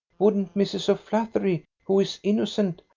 wouldn't mrs. o'flaherty, who is innocent,